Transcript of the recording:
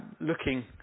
looking